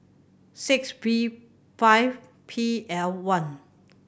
six V five P L one